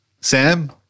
Sam